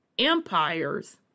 empires